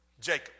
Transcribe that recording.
Jacob